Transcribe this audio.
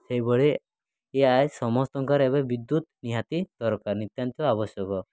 ସେହିଭଳି ଇଏ ସମସ୍ତଙ୍କର ଏବେ ବିଦ୍ୟୁତ୍ ନିହାତି ଦରକାର ନିତାନ୍ତ ଆବଶ୍ୟକ